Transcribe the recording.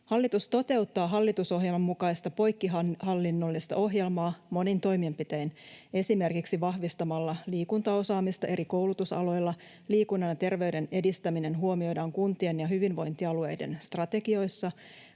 Hallitus toteuttaa hallitusohjelman mukaista poikkihallinnollista ohjelmaa monin toimenpitein, esimerkiksi vahvistamalla liikuntaosaamista eri koulutusaloilla. Liikunnan ja terveyden edistäminen huomioidaan kuntien ja hyvinvointialueiden strategioissa,